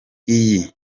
iyi